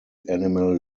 animal